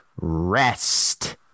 rest